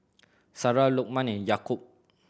Sarah Lokman Yaakob